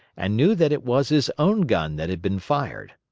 and knew that it was his own gun that had been fired.